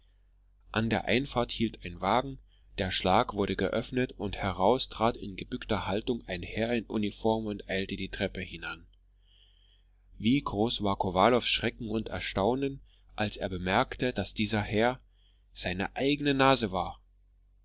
an der einfahrt hielt ein wagen der schlag wurde geöffnet und heraus trat in gebückter haltung ein herr in uniform und eilte die treppe hinan wie groß war kowalows schrecken und erstaunen als er bemerkte daß dieser herr seine eigene nase war